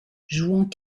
jouant